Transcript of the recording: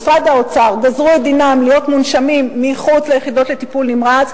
משרד האוצר גזרו את דינם להיות מונשמים מחוץ ליחידות לטיפול נמרץ,